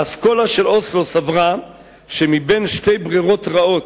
האסכולה של אוסלו סברה שמבין שתי ברירות רעות,